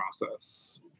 process